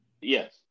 Yes